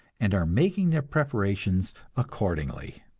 and are making their preparations accordingly.